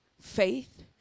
faith